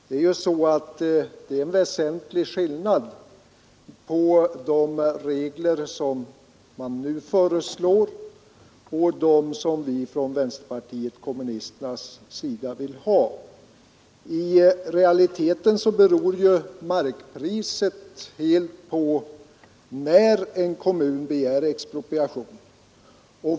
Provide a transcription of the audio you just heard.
Det är ju en väsentlig skillnad på de regler som man nu föreslår och de regler som vänsterpartiet kommunisterna vill ha I realiteten beror markpriset helt på när en kommun begär expropria tion.